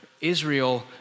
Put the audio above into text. Israel